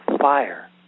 fire